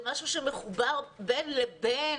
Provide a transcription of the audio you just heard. זה משהו שמחובר בין לבין.